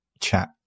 chat